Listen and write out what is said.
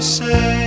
say